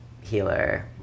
healer